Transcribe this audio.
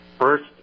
First